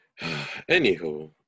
anywho